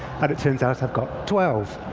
and it turns out i've got twelve.